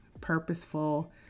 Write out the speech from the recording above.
purposeful